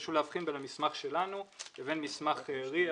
חשוב להבחין בין המסמך שלנו לבין מסמך RIA,